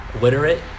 literate